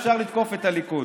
אפשר לתקוף את הליכוד.